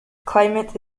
climate